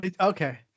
okay